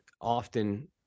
often